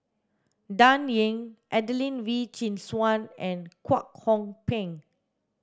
Dan Ying Adelene Wee Chin Suan and Kwek Hong Png